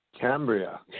Cambria